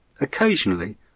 Occasionally